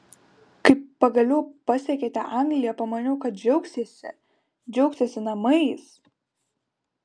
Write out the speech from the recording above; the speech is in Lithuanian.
kai pagaliau pasiekėte angliją pamaniau kad džiaugsiesi džiaugsiesi namais